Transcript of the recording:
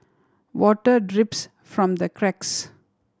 water drips from the cracks